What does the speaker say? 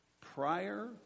Prior